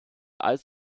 als